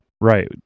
Right